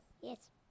Yes